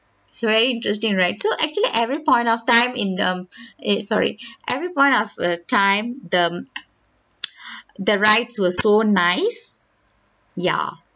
it's very interesting ride so actually every point of time in um in sorry every point of err time the the rides were so nice ya